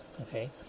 okay